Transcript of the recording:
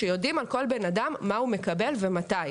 שיודעים על כל בן אדם מה הוא מקבל ומתי.